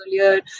earlier